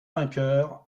vainqueurs